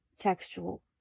textual